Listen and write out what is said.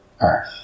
earth